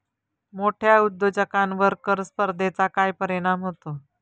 मोठ्या उद्योजकांवर कर स्पर्धेचा काय परिणाम होतो?